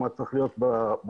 מה צריך להיות בחוק